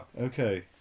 Okay